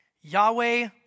Yahweh